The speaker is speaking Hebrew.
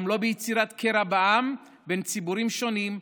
גם לא ביצירת קרע בעם בין ציבורים שונים,